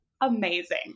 amazing